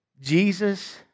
Jesus